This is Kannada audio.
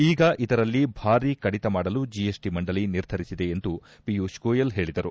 ಈಗ ಇದರಲ್ಲಿ ಭಾರಿ ಕಡಿತ ಮಾಡಲು ಜಿಎಸ್ಟಿ ಮಂಡಳಿ ನಿರ್ಧರಿಸಿದೆ ಎಂದು ಪಿಯೂಷ್ ಗೋಯಲ್ ಹೇಳಿದರು